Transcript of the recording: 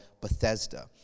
Bethesda